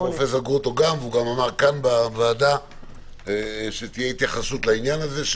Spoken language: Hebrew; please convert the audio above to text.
דיברנו גם את פרופסור גרוטו והוא אמר בוועדה שתהיה התייחסות לעניין הזה.